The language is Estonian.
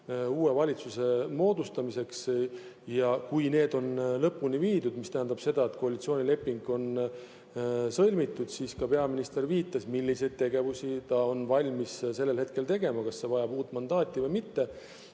valitsuse moodustamiseks. Kui need on lõpule viidud, mis tähendab seda, et koalitsioonileping on sõlmitud, siis on peaminister viidanud, milliseid tegevusi ta on valmis sellel hetkel tegema. See, kas see vajab uut mandaati või mitte,